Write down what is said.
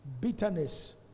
bitterness